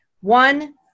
One